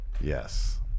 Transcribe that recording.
Yes